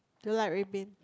do you like red bean